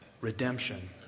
redemption